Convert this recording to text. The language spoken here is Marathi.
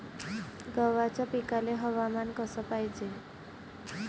गव्हाच्या पिकाले हवामान कस पायजे?